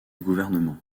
gouvernement